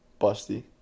Busty